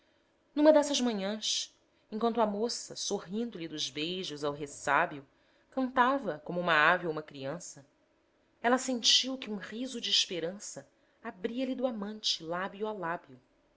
numa dessas manhãs enquanto a moça sorrindo-lhe dos beijos ao ressábio cantava como uma ave ou uma criança ela sentiu que um riso de esperança abria-lhe do amante lábio a lábio